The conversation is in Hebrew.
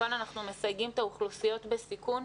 כמובן אנחנו מסייגים את האוכלוסיות בסיכון.